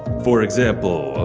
for example,